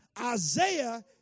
Isaiah